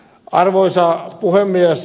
arvoisa puhemies